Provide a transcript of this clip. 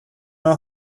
know